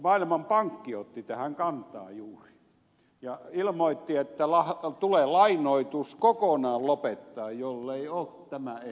maailmanpankki otti tähän kantaa juuri ja ilmoitti että lainoitus tulee kokonaan lopettaa jollei ole tämä ehto täyttynyt